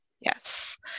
Yes